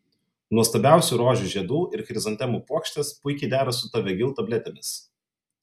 nuostabiausių rožių žiedų ir chrizantemų puokštės puikiai dera su tavegyl tabletėmis